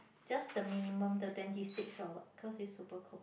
just the minimum to twenty six or what cause is super cold